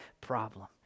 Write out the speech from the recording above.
problem